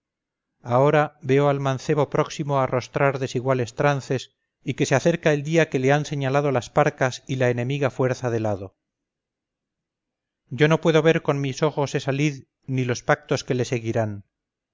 ahora veo al mancebo próximo a arrostrar desiguales trances y que se acerca el día que le han señalado las parcas y la enemiga fuerza del hado yo no puedo ver con mis ojos esa lid ni los pactos que le seguirán